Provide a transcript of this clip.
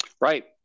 Right